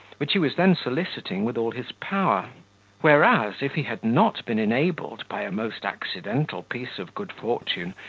which he was then soliciting with all his power whereas, if he had not been enabled, by a most accidental piece of good fortune,